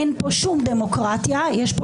אין פה שום דמוקרטיה, יש פה